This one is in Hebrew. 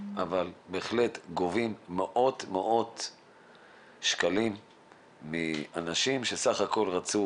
שגובים מאות שקלים מאנשים שסך הכל רצו